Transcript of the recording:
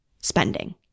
spending